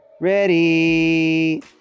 ready